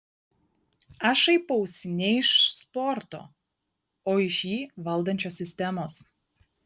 aš šaipausi ne iš sporto o iš jį valdančios sistemos